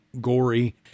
gory